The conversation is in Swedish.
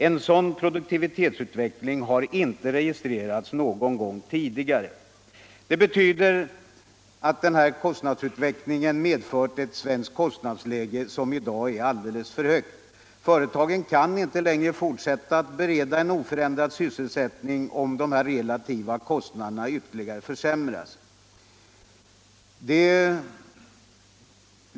En sådan produktivitetsutveckling har inte registrerats någon gång tidigare. Det betyder att kostnadsutvecklingen medfört ett svenskt kostnadsläge som i dag är alldeles för högt. Företagen kan inte längre fortsätta att bereda oförändrad sysselsältning om dessa kostnader yttertigare ökas.